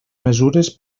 mesures